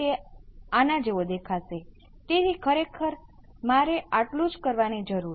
તેથી એટલે કે આ અચળ V0 શુ હોવા જોઈએ